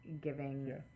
giving